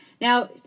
Now